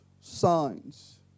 signs